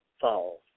falls